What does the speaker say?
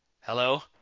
Hello